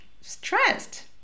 stressed